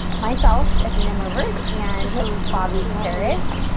myself, athena moberg and bobbi parish,